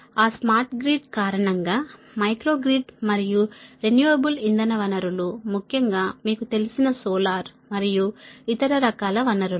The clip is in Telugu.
ఆ స్మార్ట్ గ్రిడ్ కారణంగా మైక్రో గ్రిడ్ మరియు రెన్యూవబుల్ ఇంధన వనరులు ముఖ్యంగా మీకు తెలిసిన సోలార్ మరియు ఇతర రకాల వనరులు